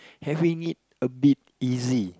having it a but easy